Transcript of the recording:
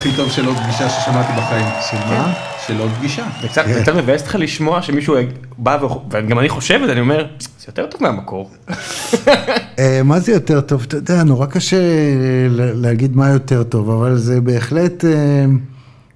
הכי טוב של עוד פגישה ששמעתי בחיים, של מה? של עוד פגישה. זה יותר מבאס אותך לשמוע שמישהו בא, וגם אני חושב את זה, אני אומר, זה יותר טוב מהמקור. מה זה יותר טוב? אתה יודע, נורא קשה להגיד מה יותר טוב, אבל זה בהחלט...